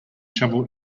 shovel